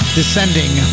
descending